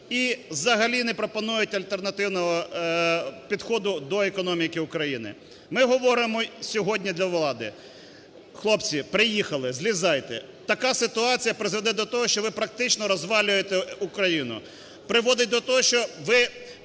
і взагалі не пропонують альтернативного підходу до економіки України. Ми говоримо сьогодні до влади: хлопці, приїхали, злізайте. Така ситуація призведе до того, що ви практично розвалюєте Україну, приводить до того, що ви